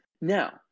Now